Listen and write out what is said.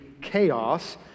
chaos